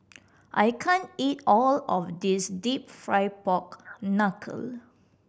I can't eat all of this Deep Fried Pork Knuckle